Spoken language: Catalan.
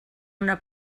una